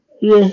Yes